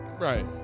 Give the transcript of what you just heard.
Right